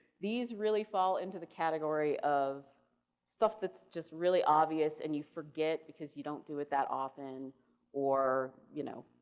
these really fall into the category of stuff that's just really obvious and you forget because you don't do if that often or you know